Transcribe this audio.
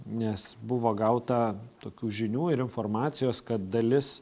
nes buvo gauta tokių žinių ir informacijos kad dalis